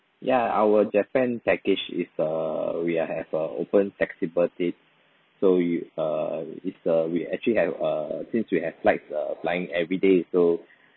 ya our japan package is err we are have a open flexible date so you err it's err we actually have err since we have flights err flying everyday so